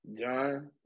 John